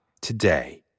today